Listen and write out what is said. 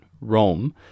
Rome